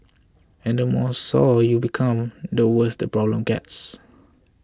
and the more sour you become the worse the problem gets